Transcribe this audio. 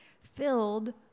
filled